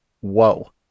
Whoa